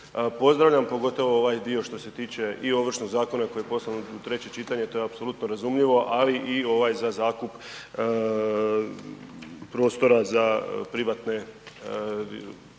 pozdravljam pogotovo ovaj dio što se tiče i Ovršnog zakona koji je poslan u treće čitanje, to je apsolutno razumljivo ali i ovaj za zakup prostora za privatne prakse